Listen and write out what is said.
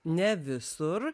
ne visur